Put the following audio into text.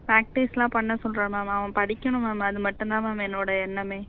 ப்ராக்டிஸ்லாம் பண்ண சொல்கிறேன் மேம் அவன் படிக்கணும் மேம் அது மட்டும்தான் மேம் என்னோடய எண்ணமே